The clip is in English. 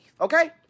okay